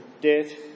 debt